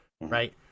Right